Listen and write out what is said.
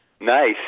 Nice